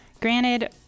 Granted